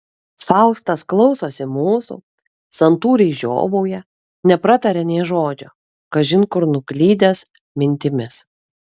faustas klausosi mūsų santūriai žiovauja neprataria nė žodžio kažin kur nuklydęs mintimis